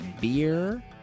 beer